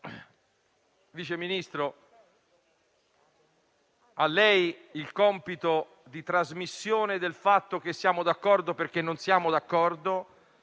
Vice Ministro, sta quindi a lei il compito di trasmettere il fatto che siamo d'accordo perché non siamo d'accordo.